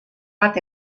bat